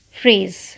phrase